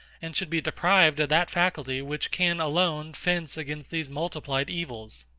and should be deprived of that faculty which can alone fence against these multiplied evils.